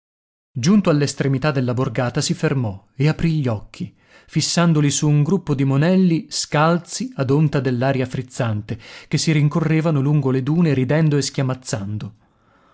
giunto all'estremità della borgata si fermò e aprì gli occhi fissandoli su un gruppo di monelli scalzi ad onta dell'aria frizzante che si rincorrevano lungo le dune ridendo e schiamazzando ecco